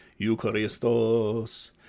Eucharistos